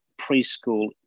preschool